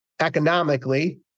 economically